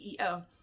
CEO